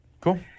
cool